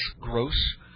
Gross